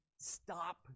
stop